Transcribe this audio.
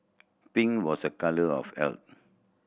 pink was a colour of health